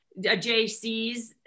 JCs